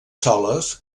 soles